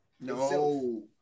No